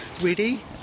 ready